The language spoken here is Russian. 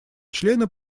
члены